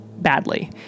badly